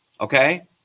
okay